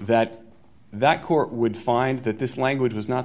that that court would find that this language was not